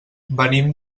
venim